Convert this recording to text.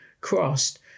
crossed